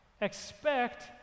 Expect